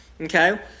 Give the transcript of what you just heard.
Okay